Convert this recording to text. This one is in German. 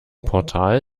portal